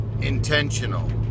intentional